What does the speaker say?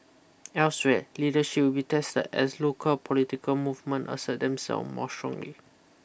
elsewhere leadership will be tested as local political movement assert themselves more strongly